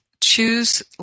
Choose